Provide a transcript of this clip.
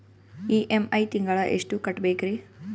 EMI ತಿಂಗಳ ಎಷ್ಟು ಕಟ್ಬಕ್ರೀ?